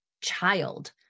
child